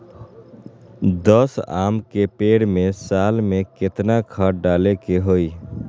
दस आम के पेड़ में साल में केतना खाद्य डाले के होई?